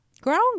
Grown